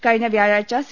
കഴിഞ്ഞ വ്യാഴാഴ്ച സി